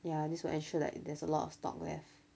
ya this will ensure like there's a lot of stock left